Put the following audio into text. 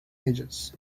ages